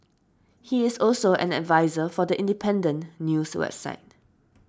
he is also an adviser for The Independent news website